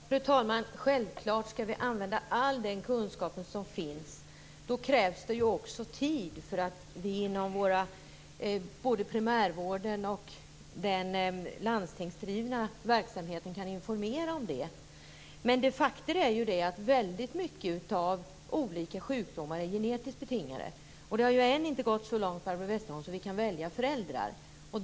Fru talman! Självklart skall vi använda all den kunskap som finns. Då krävs det ju också tid så att vi inom både primärvården och den landstingsdrivna verksamheten kan informera om det. Men faktum är ju att många sjukdomar är genetiskt betingade. Det har ju ännu inte gått så långt, Barbro Westerholm, att vi kan välja föräldrar.